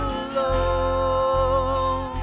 alone